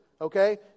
okay